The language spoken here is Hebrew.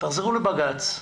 תחזרו לבג"ץ,